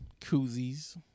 koozies